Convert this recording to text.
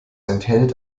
enthält